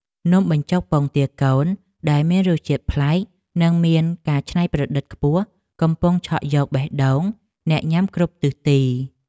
នំបញ្ចុកពងទាកូនដែលមានរសជាតិប្លែកនិងមានការច្នៃប្រឌិតខ្ពស់កំពុងឆក់យកបេះដូងអ្នកញ៉ាំគ្រប់ទិសទី។